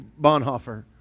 Bonhoeffer